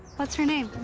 what's her name?